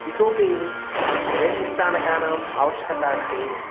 इतोपि रेल् निस्थानकानाम् आवश्यकता अस्ति